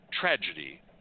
Tragedy